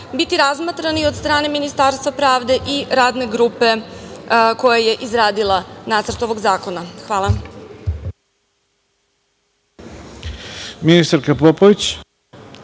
biti razmatrani od strane Ministarstva pravde i radne grupe koja je izradila nacrt ovog zakona? Hvala.